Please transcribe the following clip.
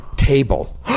table